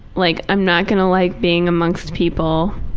like i'm not gonna like being amongst people.